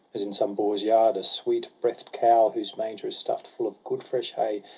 as in some boor's yard a sweet-breath'd cow. whose manger is stuff'd full of good fresh hay,